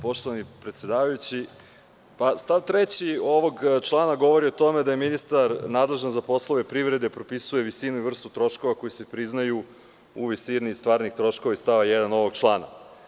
Poštovani predsedavajući, stav 3. ovog člana govori o tome da ministar nadležan za poslove privrede propisuje visinu i vrstu troškova koji se priznaju u visini stvarnih troškova iz stava 1. ovog člana.